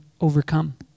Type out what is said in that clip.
overcome